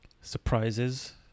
surprises